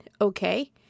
okay